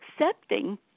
accepting